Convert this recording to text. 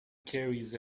carries